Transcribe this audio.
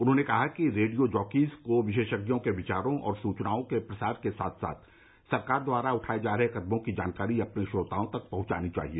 उन्होंने कहा कि रेडियो जॉकीज़ को विशेषज्ञों के विचारों और सूचनाओं के प्रसार के साथ साथ सरकार द्वारा उठाये जा रहे कदमों की जानकारी अपने श्रोताओं तक पहुंचानी चाहिए